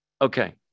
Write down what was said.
Okay